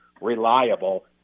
reliable